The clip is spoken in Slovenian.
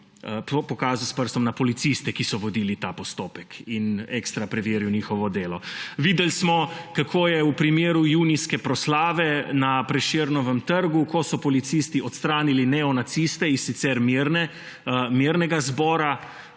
prav pokazal s prstom na policiste, ki so vodili ta postopek in ekstra preveril njihovo delo. Videli smo, kako je v primeru junijske proslave na Prešernovem trgu, ko so policisti odstranili neonaciste iz sicer mirnega zbora,